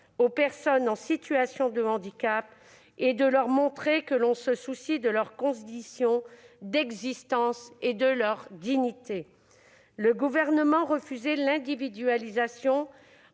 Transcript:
aux personnes en situation de handicap pour leur montrer que l'on se soucie de leurs conditions d'existence et de leur dignité. Le Gouvernement refusait l'individualisation